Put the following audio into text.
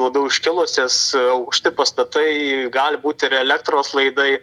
labiau iškilusias aukšti pastatai gali būt ir elektros laidai